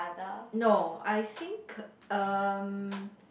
no I think um